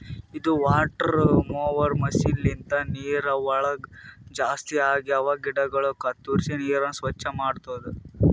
ಇದು water mower machine ಲಿಂತ ನೀರವಳಗ್ ಜಾಸ್ತಿ ಆಗಿವ ಗಿಡಗೊಳ ಕತ್ತುರಿಸಿ ನೀರನ್ನ ಸ್ವಚ್ಚ ಮಾಡ್ತುದ